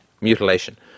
mutilation